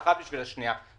האחת בשביל השנייה,